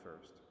first